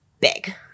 big